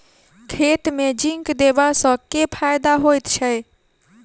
खेत मे जिंक देबा सँ केँ फायदा होइ छैय?